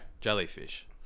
jellyfish